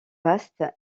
vaste